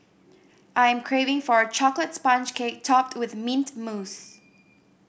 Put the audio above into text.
I am craving for a chocolate sponge cake topped with mint mousse